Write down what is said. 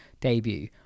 debut